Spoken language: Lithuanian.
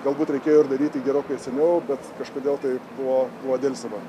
galbūt reikėjo ir daryti gerokai seniau bet kažkodėl tai buvo buvo delsiama